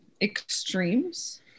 extremes